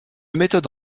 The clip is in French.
méthode